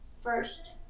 First